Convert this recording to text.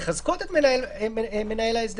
אני חושבת שזה מדבר בעד עצמו.